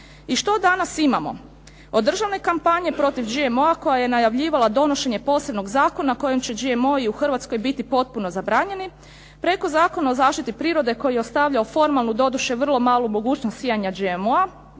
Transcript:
I što danas imamo? Od državne kampanje protiv GMO-a koja je najavljivala donošenje posebnog zakona kojim će GMO-i u Hrvatskoj biti potpuno zabranjeni, preko Zakona o zaštiti prirode koji je ostavljao formalnu, doduše vrlo malu mogućnost sijanja GMO-a